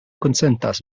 konsentas